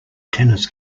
tennis